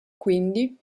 quindi